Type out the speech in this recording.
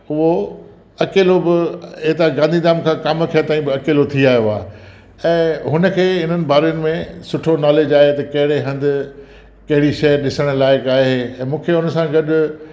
उहो अकेलो बि हितां गांधीधाम खां कामाख्या ताईं बि अकेलो थी आयो आहे ऐं हुन खे इन्हनि बारे में सुठो नॉलेज आहे त कहिड़े हंधि कहिड़ी शइ ॾिसण लाइक़ु आहे ऐं मूंखे हुन सां गॾु